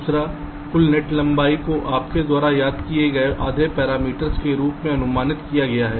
दूसरे कुल नेट लंबाई को आपके द्वारा याद किए गए आधे पैरामीटर के रूप में अनुमानित किया गया है